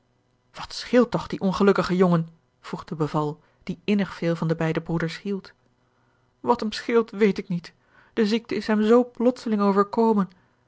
wat scheelt toch dien ongelukkigen jongen vroeg de beval die innig veel van de beide broeders hield wat hem scheelt weet ik niet de ziekte is hem zoo plotseling overkomen